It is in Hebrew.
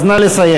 אז נא לסיים.